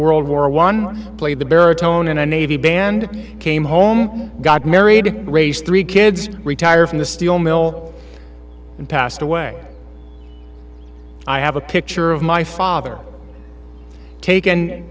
world war one played the baritone in a navy band came home got married raised three kids retired from the steel mill and passed away i have a picture of my father taken